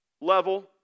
level